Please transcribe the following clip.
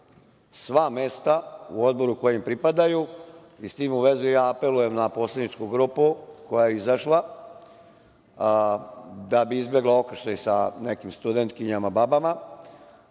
sva mesta u odboru koja im pripadaju. S tim u vezi, apelujem na poslaničku grupu koja je izašla, da bi izbegla okršaj sa nekim studentkinjama babama,